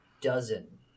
dozen